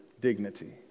dignity